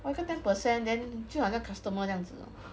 !wah! 一个 ten percent then 就好像 customer 这样子咯